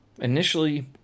Initially